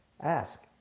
ask